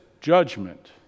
judgment